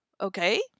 okay